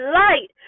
light